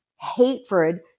hatred